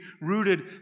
rooted